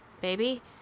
baby